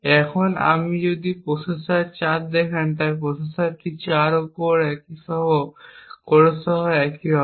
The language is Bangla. এখন আপনি যদি প্রসেসর 4 দেখেন তাই প্রসেসর 4ও একই কোর আইডি সহ কোরের জন্য একই হবে